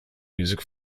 music